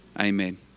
Amen